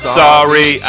sorry